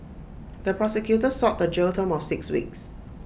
the prosecutor sought A jail term of six weeks